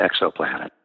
exoplanet